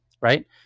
right